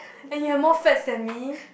and you have more fats than me